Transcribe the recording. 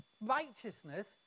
righteousness